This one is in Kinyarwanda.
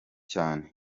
cyane